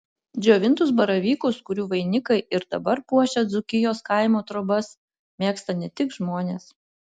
džiovintus baravykus kurių vainikai ir dabar puošia dzūkijos kaimo trobas mėgsta ne tik žmonės